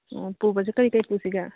ꯑꯣ ꯄꯨꯕꯁꯦ ꯀꯩꯀꯩ ꯄꯨꯁꯤꯒꯦ